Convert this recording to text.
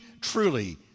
truly